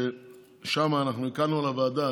שם אנחנו הקלנו על הוועדה,